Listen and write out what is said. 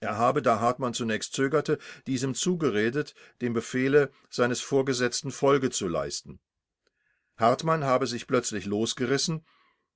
er habe da hartmann zunächst zögerte diesem zugeredet dem befehle seines vorgesetzten folge zu leisten hartmann habe sich plötzlich losgerissen